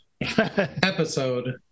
episode